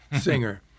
singer